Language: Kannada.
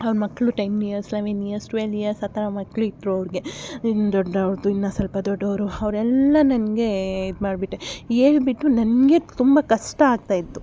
ಅವರ ಮಕ್ಳು ten years eleven years twelve years ಆ ಥರ ಮಕ್ಕಳಿದ್ರು ಅವ್ರಿಗೆ ಇನ್ನು ದೊಡ್ಡವ್ರ್ದ್ ಇನ್ನೂ ಸಲ್ಪ ದೊಡ್ಡೋರು ಅವರೆಲ್ಲ ನನಗೆ ಇದು ಮಾಡಿಬಿಟ್ಟೆ ಹೇಳ್ಬಿಟ್ಟು ನನಗೆ ತುಂಬ ಕಷ್ಟ ಆಗ್ತಾಯಿತ್ತು